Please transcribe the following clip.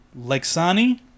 lexani